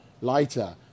lighter